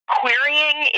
querying